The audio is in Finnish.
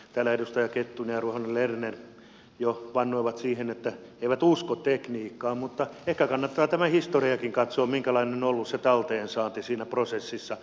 täällä edustajat kettunen ja ruohonen lerner jo vannoivat sen nimeen että he eivät usko tekniikkaan mutta ehkä kannattaa tämä historiakin katsoa minkälainen on ollut se talteensaanti siinä prosessissa